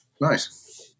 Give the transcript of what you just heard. Nice